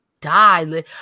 die